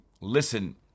listen